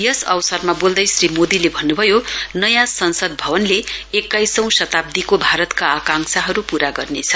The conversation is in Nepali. यस अवसरमा बोल्दै श्री मोदीले भन्नुभयो नयाँ संसद भवनले एक्काइसौं शताब्दीको भारतका आकांक्षाहरू पूरा गर्नेछ